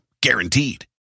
guaranteed